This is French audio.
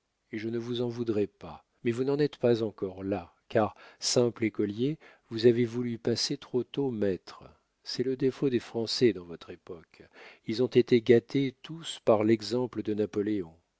et je ne vous en voudrais pas mais vous n'en êtes pas encore là car simple écolier vous avez voulu passer trop tôt maître c'est le défaut des français dans votre époque ils ont été gâtés tous par l'exemple de napoléon